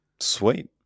Sweet